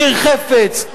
ניר חפץ,